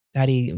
Daddy